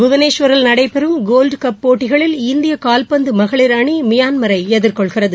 புவனேஸ்வரில் நடைபெறும் gold cup போட்டிகளில் இந்திய கால்பந்து மகளிர் அணி மியான்மரை எதிர்கொள்கிறது